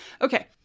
Okay